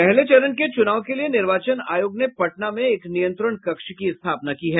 पहले चरण के चुनाव के लिए निर्वाचन आयोग ने पटना में एक नियंत्रण कक्ष की स्थापना की है